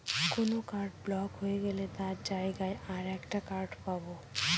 কোন card block হয়ে গেলে তার জায়গায় আর একটা কার্ড পাবো